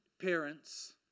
parents